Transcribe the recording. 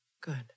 Good